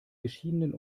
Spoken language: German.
geschiedenen